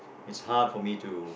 it's hard for my to